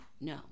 No